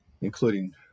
including